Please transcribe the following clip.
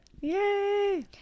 yay